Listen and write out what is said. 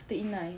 after inai